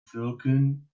völkern